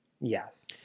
yes